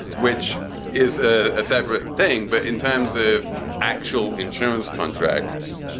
which is a separate thing. but in terms of actual insurance contracts,